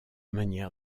manière